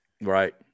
Right